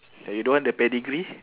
then you don't want the pedigree